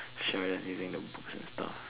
she memorizing the books and stuff